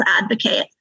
advocate